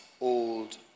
old